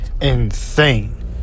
insane